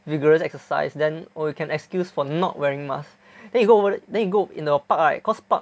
vigorous exercise then oh you can excuse for not wearing mask then you go then you go in the park right cause park